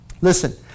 Listen